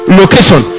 location